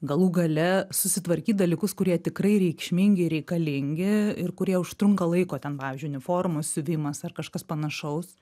galų gale susitvarkyt dalykus kurie tikrai reikšmingi ir reikalingi ir kurie užtrunka laiko ten pavyzdžiui uniformos siuvimas ar kažkas panašaus